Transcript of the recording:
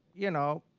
you know,